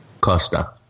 Costa